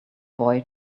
boy